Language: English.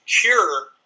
cure